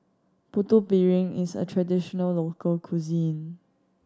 Putu Piring is a traditional local cuisine